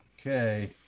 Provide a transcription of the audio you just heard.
Okay